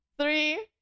Three